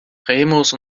remus